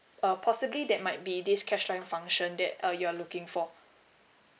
uh possibly that might be this cash line function that uh you're looking for